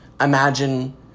imagine